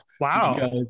Wow